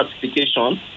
certification